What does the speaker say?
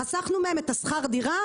חסכנו מהם את שכר הדירה,